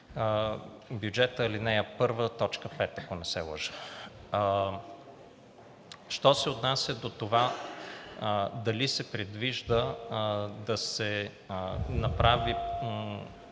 бюджета – ал. 1, т. 5, ако не се лъжа. Що се отнася до това дали се предвижда да се направи